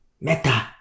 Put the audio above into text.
Meta